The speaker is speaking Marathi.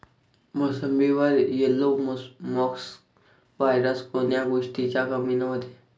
मोसंबीवर येलो मोसॅक वायरस कोन्या गोष्टीच्या कमीनं होते?